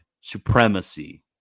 supremacy